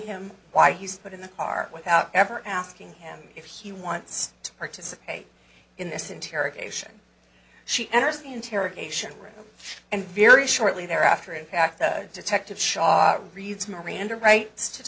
him why he's put in the car without ever asking him if he wants to participate in this interrogation she enters the interrogation room and very shortly thereafter in fact that detective shot